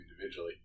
individually